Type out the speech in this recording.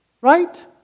Right